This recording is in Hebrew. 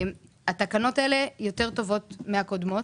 התקנות האלה יותר טובות מהקודמות,